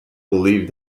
believed